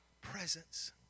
presence